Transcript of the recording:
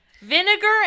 Vinegar